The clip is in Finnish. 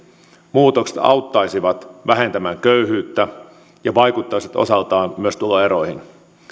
muutokset auttaisivat vähentämään köyhyyttä ja vaikuttaisivat osaltaan myös tuloeroihin